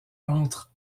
entre